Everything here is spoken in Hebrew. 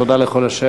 תודה לכל השואלים.